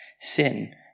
sin